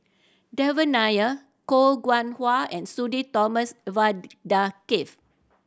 Devan Nair Koh Nguang How and Sudhir Thomas Vadaketh